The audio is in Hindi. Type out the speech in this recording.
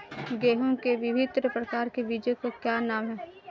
गेहूँ के विभिन्न प्रकार के बीजों के क्या नाम हैं?